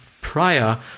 prior